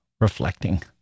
reflecting